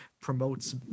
promotes